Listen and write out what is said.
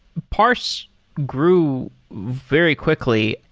parse grew very quickly.